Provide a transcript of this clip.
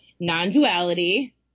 non-duality